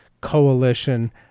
coalition